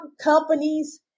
companies